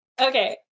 Okay